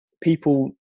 people